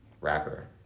rapper